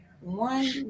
one